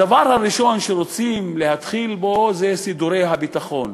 הדבר הראשון שרוצים להתחיל בו זה סידורי הביטחון